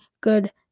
good